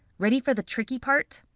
ready for the tricky part?